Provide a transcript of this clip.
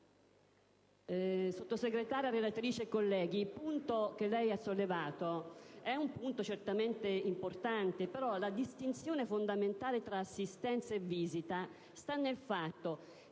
Sottosegretario, onorevole relatrice, colleghi, il punto che è stato sollevato è certamente importante. Però la distinzione fondamentale tra assistenza e visita sta nel fatto che